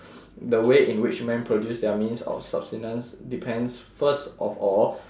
the way in which men produce their means of subsistence depends first of all